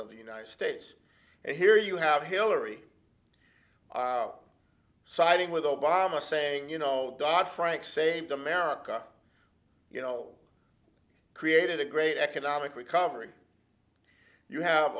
of the united states and here you have hillary siding with obama saying you know doc frank saved america you know created a great economic recovery you have